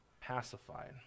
pacified